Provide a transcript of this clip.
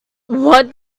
what